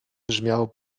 brzmiało